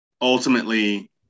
ultimately